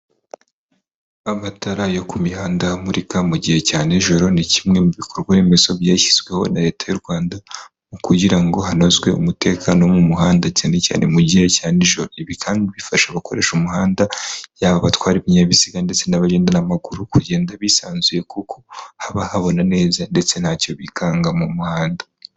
Amatara yo ku mihanda amurika mu gihe cya nijoro ni kimwe mu bikorwa remezo byashyizweho na leta y'u Rwanda mu kugira ngo hanozwe umutekano wo mu muhanda cyane cyane mu gihe cya ninjoro ibi kandi bifasha abakoresha umuhanda yaba abatwara ibinyabiziga ndetse n'abagenda n'amaguru kugenda bisanzuye kuko haba habona neza ndetse ntacyo bikanga mu muhanda.